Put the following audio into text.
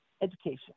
education